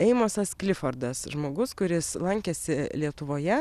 eimosas klifordas žmogus kuris lankėsi lietuvoje